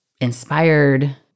inspired